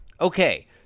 Okay